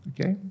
okay